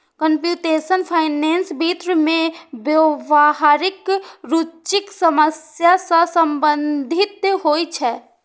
computational finance वित्त मे व्यावहारिक रुचिक समस्या सं संबंधित होइ छै